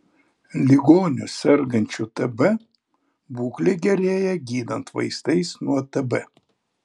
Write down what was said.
ligonių sergančių tb būklė gerėja gydant vaistais nuo tb